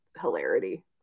hilarity